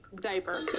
diaper